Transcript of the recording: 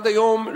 עד היום,